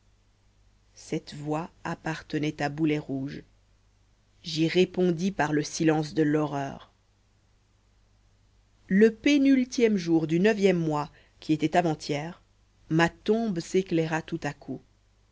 cette voix appartenait à boulet rouge j'y répondis par le silence de l'horreur le pénultième jour du neuvième mois qui était avant-hier ma tombe s'éclaira tout à coup